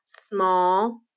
small